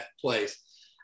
place